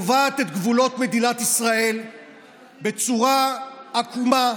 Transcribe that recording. וקובעת את גבולות מדינת ישראל בצורה עקומה,